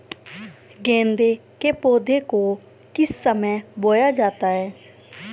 गेंदे के पौधे को किस समय बोया जाता है?